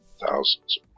thousands